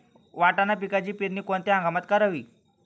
वाटाणा पिकाची पेरणी कोणत्या हंगामात करावी?